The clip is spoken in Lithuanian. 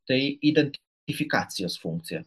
tai idetifikacijos funkcija